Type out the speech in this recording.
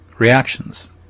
reactions